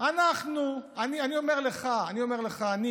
אני אומר לך, אני,